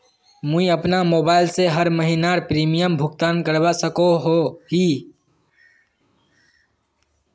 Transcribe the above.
मुई अपना मोबाईल से हर महीनार प्रीमियम भुगतान करवा सकोहो ही?